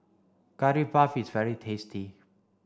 curry puff is very tasty